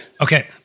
Okay